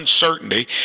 uncertainty